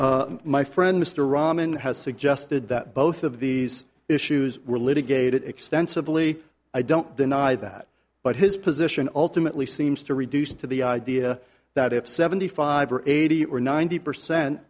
rahman has suggested that both of these issues were litigated extensively i don't deny that but his position alternately seems to reduce to the idea that if seventy five or eighty or ninety percent